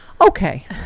Okay